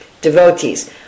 devotees